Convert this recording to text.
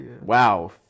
Wow